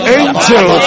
angel